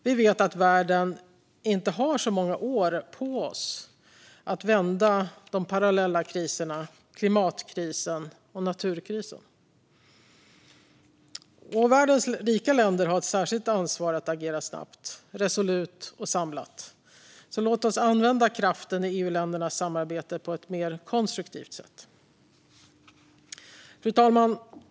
Vi vet alla att världen inte har många år på sig att vända de parallella kriserna - klimatkrisen och naturkrisen. Och världens rika länder har ett särskilt ansvar att agera snabbt, resolut och samlat. Låt oss använda kraften i EU-ländernas samarbete på ett mer konstruktivt sätt. Fru talman!